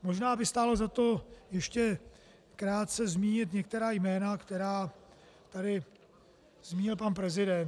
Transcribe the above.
Možná by stálo za to ještě krátce zmínit některá jména, která tady zmínil pan prezident.